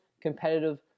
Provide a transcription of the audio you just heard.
competitive